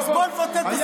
אז בוא נבטל את הסיכומים.